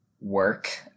work